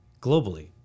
globally